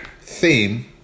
theme